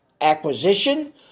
acquisition